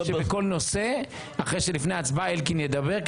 שבכל נושא לפני ההצבעה אלקין ידבר,